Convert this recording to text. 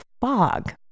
fog